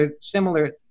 similar